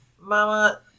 Mama